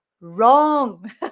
Wrong